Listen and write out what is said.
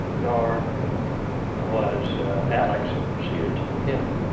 nor was alex, who preceded him.